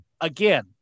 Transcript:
again